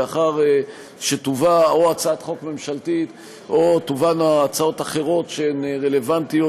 לאחר שתובא הצעת חוק ממשלתית או תובאנה הצעות חוק אחרות שהן רלוונטיות,